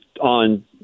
on